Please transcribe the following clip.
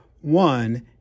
One